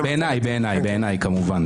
בעיניי כמובן.